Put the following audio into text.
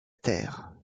terre